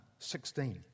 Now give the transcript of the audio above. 16